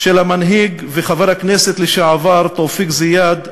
של המנהיג וחבר הכנסת לשעבר תופיק זיאד,